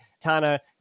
Tana